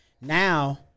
now